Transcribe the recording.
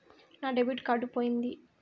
నా debit card పోయింది